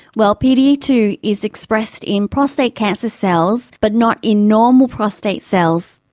well, p d e two is expressed in prostate cancer cells but not in normal prostate cells.